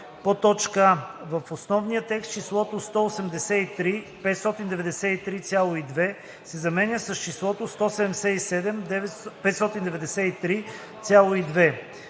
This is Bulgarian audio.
1: а) В основния текст числото „183 593,2“ се заменя с числото „177 593,2“.